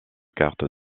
carte